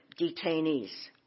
detainees